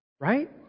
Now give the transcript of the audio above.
Right